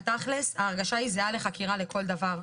בתכלס, ההרגשה זהה לחקירה לכל דבר.